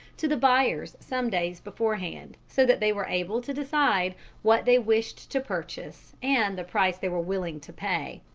to the buyers some days beforehand, so that they were able to decide what they wished to purchase and the price they were willing to pay.